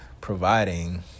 providing